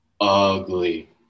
ugly